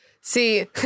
See